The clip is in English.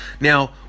Now